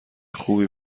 خوبی